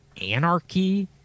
anarchy